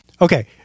Okay